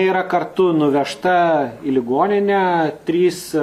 yra kartu nuvežta į ligoninę trys